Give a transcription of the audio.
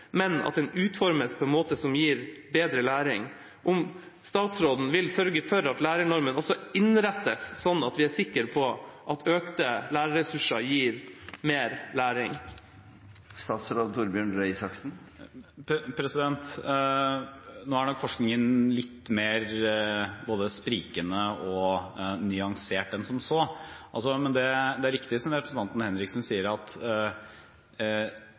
men at den utformes på en måte som gir bedre læring? Vil statsråden sørge for at lærernormen også innrettes sånn at vi er sikre på at økte lærerressurser gir mer læring? Nå er nok forskningen litt mer både sprikende og nyansert enn som så. Men det er riktig som representanten Henriksen sier, at